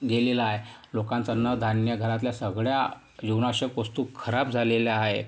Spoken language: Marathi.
गेलेलं आहे लोकांचं अन्नधान्य घरातल्या सगळ्या जीवनावश्यक वस्तू खराब झालेल्या आहे